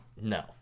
No